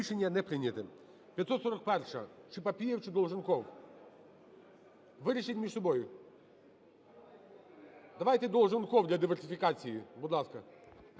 Рішення не прийняте.